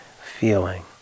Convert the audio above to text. feeling